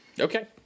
Okay